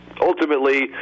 ultimately